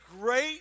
great